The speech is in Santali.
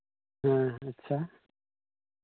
ᱦᱮᱸ ᱟᱪᱪᱷᱟ